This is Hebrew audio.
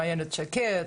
עם איילת שקד.